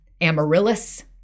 Amaryllis